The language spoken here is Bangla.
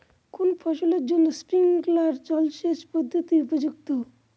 কোন ফসলের জন্য স্প্রিংকলার জলসেচ পদ্ধতি উপযুক্ত?